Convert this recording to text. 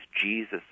Jesus